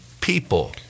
people